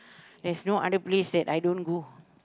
there's no other place that I don't go